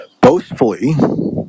boastfully